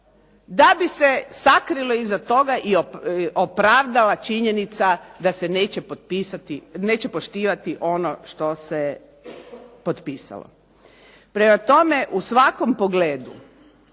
da bi se sakrili iza toga i opravdala činjenica da se poštivati ono što se potpisalo. Prema tome, u svakom pogledu,